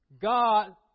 God